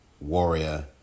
warrior